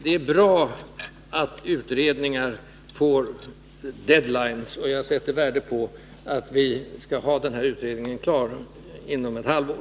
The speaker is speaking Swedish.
Det är bra att utredningar får deadlines, och jag sätter värde på att vi skall ha den här utredningen klar inom ett halvår.